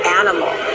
animal